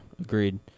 agreed